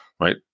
right